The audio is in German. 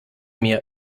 mir